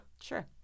Sure